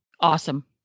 Awesome